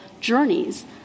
journeys